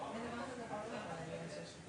לקבוע בוודאות מי צודק